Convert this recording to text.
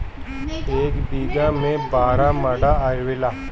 एक बीघा में बारह मंडा आवेला